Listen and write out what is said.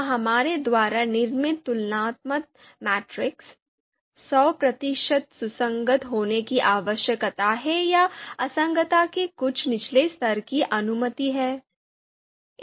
क्या हमारे द्वारा निर्मित तुलनात्मक मैट्रिक्स सौ प्रतिशत सुसंगत होने की आवश्यकता है या असंगतता के कुछ निचले स्तर की अनुमति है